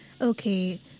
Okay